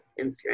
Instagram